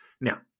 Now